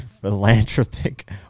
Philanthropic